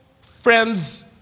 friends